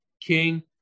king